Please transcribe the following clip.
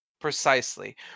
Precisely